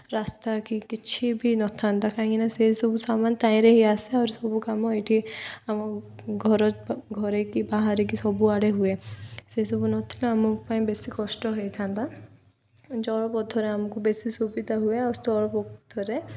ରାସ୍ତା କି କିଛି ବି ନଥାନ୍ତା କାହିଁକିନା ସେସବୁ ସାମାନ ତାହିଁରେ ହିଁ ଆସେ ଆହୁରି ସବୁ କାମ ଏଇଠି ଆମ ଘର ଘରେ କିି ବାହାରେ କିି ସବୁଆଡ଼େ ହୁଏ ସେସବୁ ନଥିଲେ ଆମ ପାଇଁ ବେଶୀ କଷ୍ଟ ହୋଇଥାନ୍ତା ଜଳପଥରେ ଆମକୁ ବେଶି ସୁବିଧା ହୁଏ ଆଉ ସ୍ଥଳପଥରେ